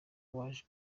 waje